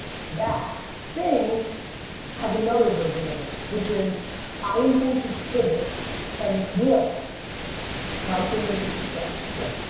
that thing has another version of it which is i am going to pivot and will my thing into success. yeah,